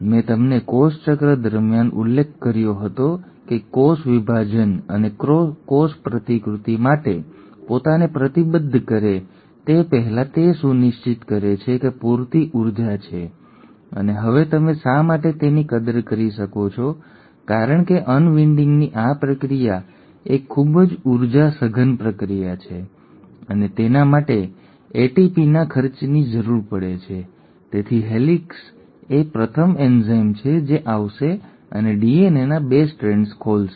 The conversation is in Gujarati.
મેં તમને કોષ ચક્ર દરમિયાન ઉલ્લેખ કર્યો હતો કે કોષ કોષ વિભાજન અને કોષ પ્રતિકૃતિ માટે પોતાને પ્રતિબદ્ધ કરે તે પહેલાં તે સુનિશ્ચિત કરે છે કે પૂરતી ઊર્જા છે અને હવે તમે શા માટે તેની કદર કરી શકો છો કારણ કે અનવિન્ડિંગની આ પ્રક્રિયા એક ખૂબ જ ઊર્જા સઘન પ્રક્રિયા છે અને તેના માટે એટીપીના ખર્ચની જરૂર પડે છે તેથી હેલિકેસ એ પ્રથમ એન્ઝાઇમ છે જે આવશે અને ડીએનએના 2 સ્ટ્રેન્ડ્સ ખોલશે